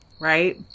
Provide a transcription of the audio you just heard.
right